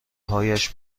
هاش